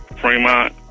Fremont